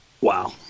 Wow